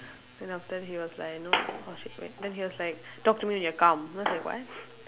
then after he was like no oh shit wait then he was like talk to me when you're calm then I was like what